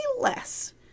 less